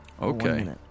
Okay